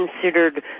considered